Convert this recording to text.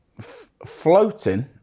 floating